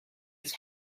its